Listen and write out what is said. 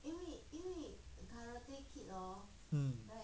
mm